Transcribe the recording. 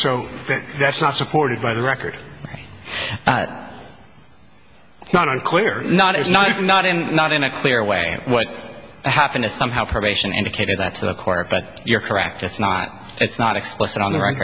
so that's not supported by the record not unclear not is not not in not in a clear way what happened is somehow probation indicated that to the court but you're correct it's not it's not explicit on the